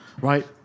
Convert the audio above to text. right